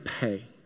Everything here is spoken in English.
pay